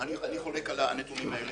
אני חולק על הנתונים האלה.